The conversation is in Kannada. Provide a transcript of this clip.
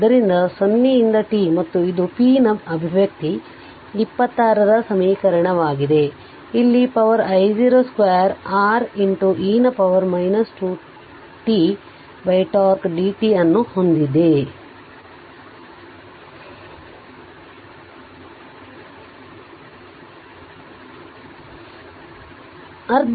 ಆದ್ದರಿಂದ 0 ರಿಂದ t ಮತ್ತು ಇದು p ನ ಅಭಿವ್ಯಕ್ತಿ 26 ರ ಸಮೀಕರಣವಾಗಿದೆ ಇಲ್ಲಿ ಪವರ್ ಗೆ I0 ಸ್ಕ್ವೇರ್ R e ನ ಪವರ್ 2 t τ dt ಅನ್ನು ಹೊಂದಿದ್ದೇನೆ